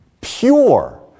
pure